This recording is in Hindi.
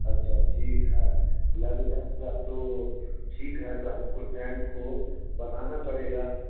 अच्छा ठीक है लग जा जा तो ठीक है तो हम को चैन को बढ़ना पड़ेगा